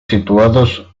situados